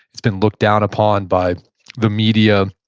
it's been looked down upon by the media.